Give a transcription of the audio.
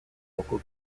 local